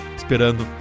esperando